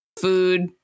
food